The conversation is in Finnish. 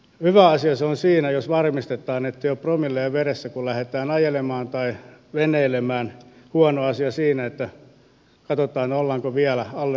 hyvä asia se on jos varmistetaan että ei ole promillea veressä kun lähdetään ajelemaan tai veneilemään huono asia jos katsotaan ollaanko vielä alle rangaistavuuden vai ei